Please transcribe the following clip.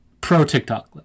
pro-TikTok